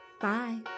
Bye